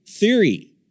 theory